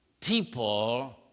People